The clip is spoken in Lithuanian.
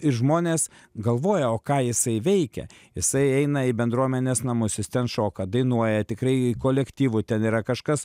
ir žmonės galvoja o ką jisai veikia jisai eina į bendruomenės namus jis ten šoka dainuoja tikrai kolektyvų ten yra kažkas